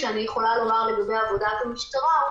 שאני יכולה לומר לגבי עבודת המשטרה,